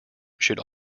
should